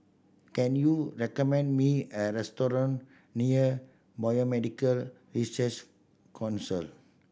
can you recommend me a restaurant near Biomedical Research Council